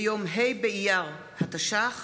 ביום ה' באייר התש"ח,